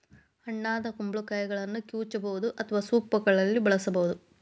ಹಣ್ಣಾದ ಕುಂಬಳಕಾಯಿಗಳನ್ನ ಕಿವುಚಬಹುದು ಅಥವಾ ಸೂಪ್ಗಳಲ್ಲಿ ಬಳಸಬೋದು